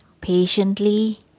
patiently